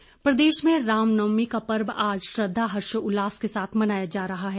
नवरात्र प्रदेश में राम नवमी का पर्व आज श्रद्धा हर्षोल्लास के साथ मनाया जा रहा है